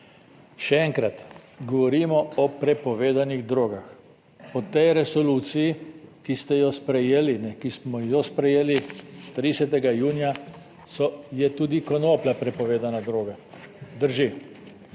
Še enkrat, govorimo o prepovedanih drogah. Po tej resoluciji, ki ste jo sprejeli, ki smo jo sprejeli 30. junija, je tudi konoplja prepovedana droga. Drži.